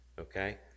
okay